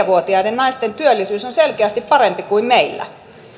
vuotiaiden naisten työllisyys on selkeästi parempi kuin meillä